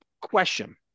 Question